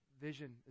vision